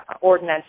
ordinance